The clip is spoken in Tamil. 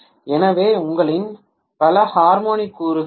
எனவே உங்களிடம் பல ஹார்மோனிக் கூறுகள் இருக்கும்